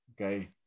Okay